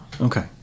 Okay